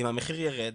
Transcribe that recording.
אם המחיר ירד,